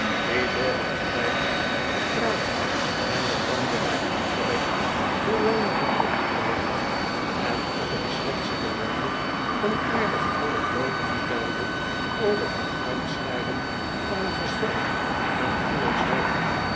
die door het ontbijt het praten en den brandewijn opgewekt hoe langer hoe komieker werd en op een schertsende mahier een aardige anecdote vertelde over het uitsnijden van een gezwel aan remands hoofd